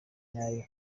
nyayo